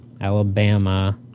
Alabama